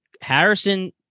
Harrison